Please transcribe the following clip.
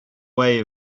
way